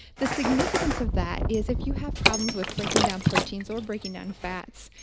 the significance of that is if you have problems with breaking down proteins or breaking down fats,